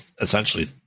essentially